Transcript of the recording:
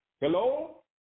Hello